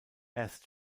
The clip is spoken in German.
erst